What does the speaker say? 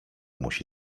musi